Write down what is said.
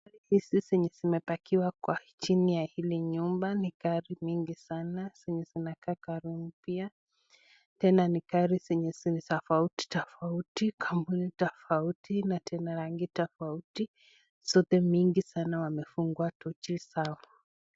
Hizi zenye zipakiwa kwa chini ya hili nyumba ni gari mingi sana, zenye zinakaa gari mpya. Tena ni gari zenye ni tofauti tofauti, kampuni tofauti na tena rangi tofauti. Zote mingi sana wamefungua tochi zao.